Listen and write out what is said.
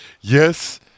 yes